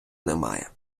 немає